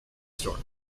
store